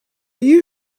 you